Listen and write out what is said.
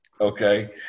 Okay